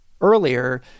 earlier